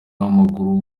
w’amaguru